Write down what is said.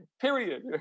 Period